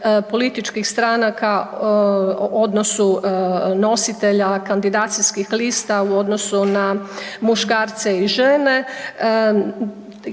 političkih stranaka odnosu nositelja kandidacijskih lista u odnosu na muškarce i žene.